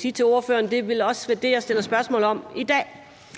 sige til ordføreren også vil være det, jeg stiller spørgsmål om i dag,